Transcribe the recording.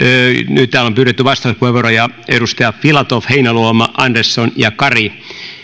täällä on pyydetty vastauspuheenvuoroja edustajat filatov heinäluoma andersson kari